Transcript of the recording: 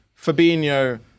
Fabinho